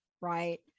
Right